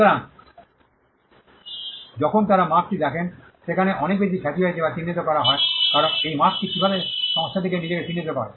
সুতরাং যখন তারা মার্কটি দেখেন সেখানে অনেক বেশি খ্যাতি রয়েছে যা চিহ্নিত করা হয় কারণ এই মার্কটি কীভাবে সংস্থাটি নিজেকে চিহ্নিত করে